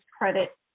credit